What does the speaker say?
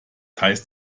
heißt